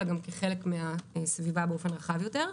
אלא גם כחלק מהסביבה באופן חד יותר.